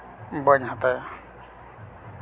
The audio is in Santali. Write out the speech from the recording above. ᱵᱟᱹᱧ ᱦᱟᱛᱟᱭᱟ